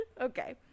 Okay